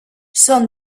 són